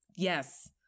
Yes